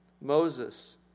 Moses